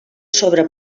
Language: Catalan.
sobre